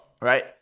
right